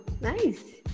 nice